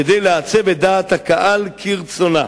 כדי לעצב את דעת הקהל כרצונה.